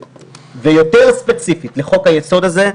יותר ספציפית לחוק היסוד הזה,